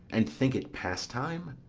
and think it pastime.